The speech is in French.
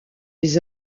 des